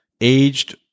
aged